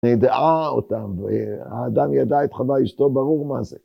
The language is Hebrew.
נדעה אותם, האדם ידע את חווה אישתו, ברור מה זה.